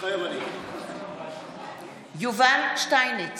מתחייב אני יובל שטייניץ,